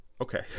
okay